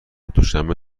دوشنبه